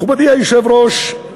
מכובדי היושב-ראש,